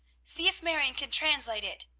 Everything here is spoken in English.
see if marion can translate it.